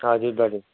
हजुर बडी